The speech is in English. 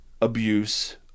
abuse